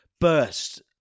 burst